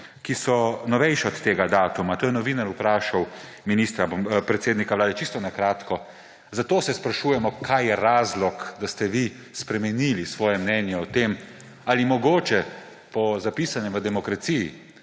ki so novejša od tega datuma. To je novinar vprašal predsednika Vlade, čisto na kratko. Zato se sprašujemo, kaj je razlog, da ste vi spremenili svoje mnenje o tem. Ali mogoče po zapisanem v Demokraciji,